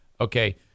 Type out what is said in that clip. okay